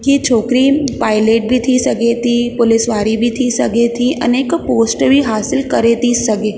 की छोकिरियुनि पायलेट बि थी सघे थी पुलीस वारी बि थी सघे थी अनेक पोस्ट हासिल करे थी सघे